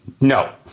No